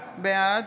בעד